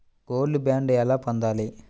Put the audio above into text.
Gold bond ఎలా పొందాలి?